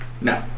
No